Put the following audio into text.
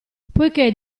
poichè